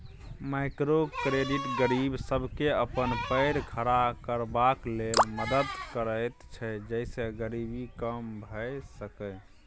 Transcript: micro credit गरीब सबके अपन पैर खड़ा करबाक लेल मदद करैत छै जइसे गरीबी कम भेय सकेए